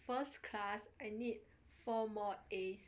first class I need four more As